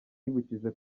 yibukije